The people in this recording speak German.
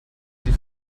sie